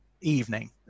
evening